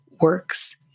works